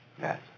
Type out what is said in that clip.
Yes